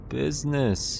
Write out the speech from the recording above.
business